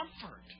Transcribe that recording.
comfort